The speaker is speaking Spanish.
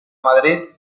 madrid